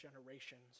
generations